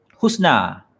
Husna